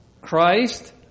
Christ